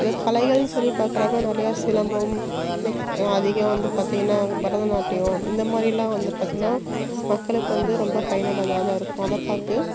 இதே கலைகள்னு சொல்லி பார்க்குறப்ப நிறையா சிலம்பம் நெக்ஸ்ட் அதிகம் வந்து பார்த்திங்கன்னா பரதநாட்டியம் இந்த மாதிரிலாம் வந்து பார்த்தின்னா மக்களுக்கு வந்து ரொம்ப பயனுள்ளதாக தான் இருக்கும் அதை பார்த்து